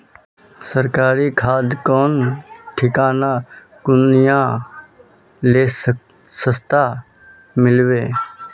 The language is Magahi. सरकारी खाद कौन ठिना कुनियाँ ले सस्ता मीलवे?